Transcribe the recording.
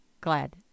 glad